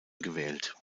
gewählt